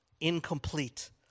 incomplete